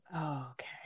Okay